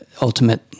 ultimate